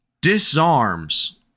disarms